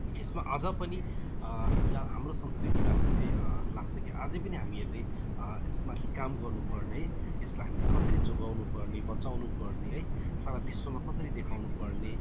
यसमा अझ पनि हामीलाई हाम्रो संस्कृतिमाथि चाहिँ लाग्छ कि अझै पनि हामीहरूले यसमाथि काम गर्नुपर्ने यसलाई हामीले कसरी जोगाउनुपर्ने बचाउनुपर्ने है सारा विश्वमा कसरी देखाउनुपर्ने